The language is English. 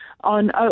on